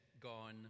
gone